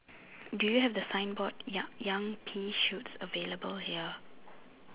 do you have the signboard ya young pea shoots available here